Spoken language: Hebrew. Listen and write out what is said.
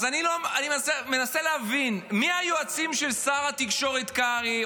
אז אני מנסה להבין מי היועצים של שר התקשורת קרעי,